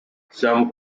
some